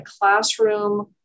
classroom